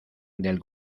del